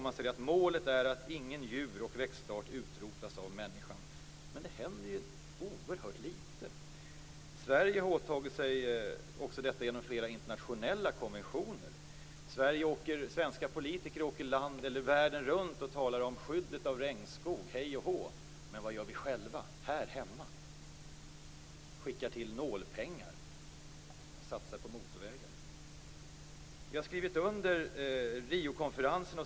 Man säger att målet är att ingen djuroch växtart utrotas av människan. Men det händer ju oerhört litet. Sverige har också åtagit sig detta genom flera internationella konventioner. Svenska politiker åker världen runt och talar om skyddet av regnskog, men vad gör vi själva här hemma? Vi anslår nålpengar och satsar på motorvägar. Vi har skrivit under Riokonferensen.